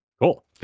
Cool